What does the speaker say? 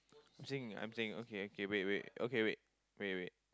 I'm seeing I'm seeing okay okay wait wait okay wait wait wait